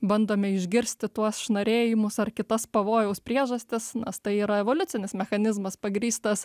bandome išgirsti tuos šnarėjimus ar kitas pavojaus priežastis nes tai yra evoliucinis mechanizmas pagrįstas